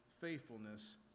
faithfulness